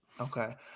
Okay